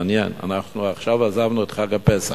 מעניין, אנחנו עכשיו עזבנו את חג הפסח,